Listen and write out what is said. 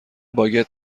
باگت